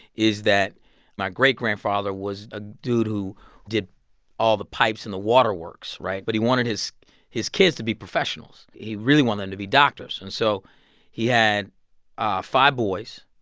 is that my great grandfather was a dude who did all the pipes and the water works, right? but he wanted his his kids to be professionals. he really wanted them to be doctors. and so he had ah five boys.